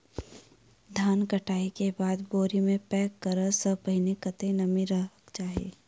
धान कटाई केँ बाद बोरी मे पैक करऽ सँ पहिने कत्ते नमी रहक चाहि?